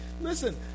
Listen